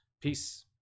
Peace